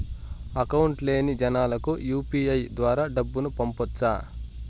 Account లేని జనాలకు UPI ద్వారా డబ్బును పంపొచ్చా?